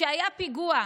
כשהיה פיגוע,